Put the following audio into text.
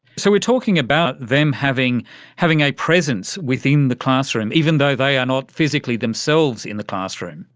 so we are talking about them having having a presence within the classroom, even though they are not physically themselves in the classroom.